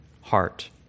heart